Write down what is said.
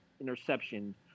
interception